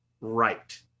right